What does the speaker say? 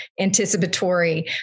anticipatory